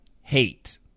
hate